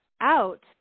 out